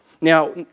now